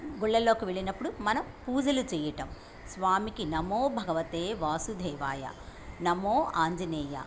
గుళ్ళలోకి వెళ్ళినప్పుడు మనం పూజలు చేయటం స్వామికి నమో భగవతే వాసుదేవాయ నమో ఆంజనేయ